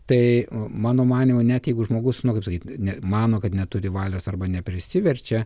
tai mano manymu net jeigu žmogus nu kaip sakyt ne mano kad neturi valios arba neprisiverčia